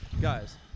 Guys